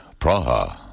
Praha